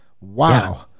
wow